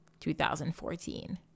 2014